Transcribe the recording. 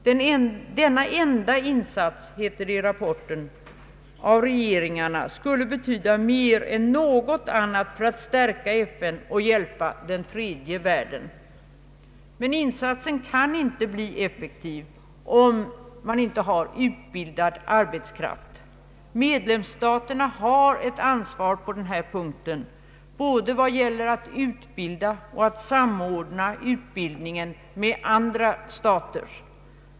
Denna enda insats av regeringarna, heter det i rapporten, skulle betyda mer än något annat för att stärka FN och hjälpa den tredje världen. Men insatsen kan inte bli effektiv om man inte har utbildad arbetskraft. Medlemsstaterna har ett ansvar på den här punkten vad gäller både att utbilda och att samordna utbildningen med andra staters.